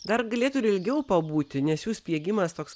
dar galėtų ir ilgiau pabūti nes jų spiegimas toks